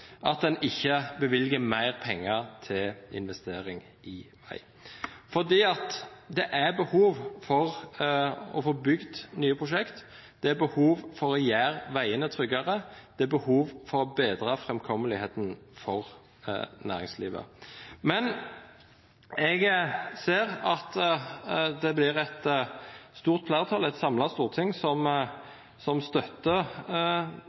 at ein ikkje løyver meir pengar til investering i veg. Det er behov for å få bygd nye prosjekt, det er behov for å gjera vegane tryggare, og det er behov for å betra framkomsten for næringslivet. Eg ser at det vert eit stort fleirtal og eit samla storting som støttar